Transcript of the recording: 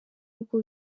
nubwo